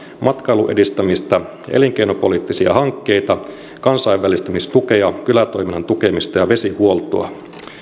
matkailun edistämistä elinkeinopoliittisia hankkeita kansainvälistymistukea kylätoiminnan tukemista ja vesihuoltoa